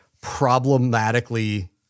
problematically